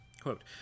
Quote